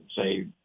say